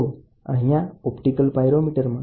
તો અહીંયા optical pyrometer છે